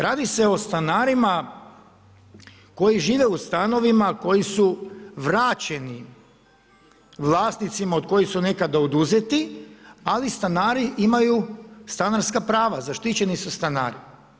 Radi se o stanarima koji žive u stanovima koji su vraćeni vlasnicima od kojih su nekada oduzeti, ali stanari imaju stanarska prava, zaštićeni su stanari.